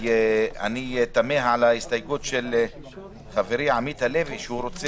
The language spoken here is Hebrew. אני תמה על ההסתייגות של חברי עמית הלוי שרוצה